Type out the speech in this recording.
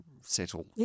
settle